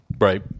Right